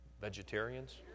Vegetarians